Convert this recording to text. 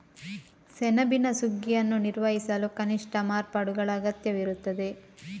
ಸೆಣಬಿನ ಸುಗ್ಗಿಯನ್ನು ನಿರ್ವಹಿಸಲು ಕನಿಷ್ಠ ಮಾರ್ಪಾಡುಗಳ ಅಗತ್ಯವಿರುತ್ತದೆ